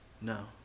no